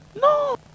No